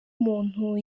umuntu